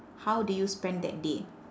how do you spend that day